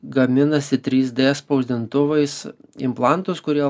gaminasi trys d spausdintuvais implantus kurie